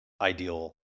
ideal